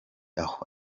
aho